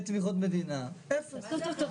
אחרי תמיכות מדינה אפס.